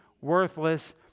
worthless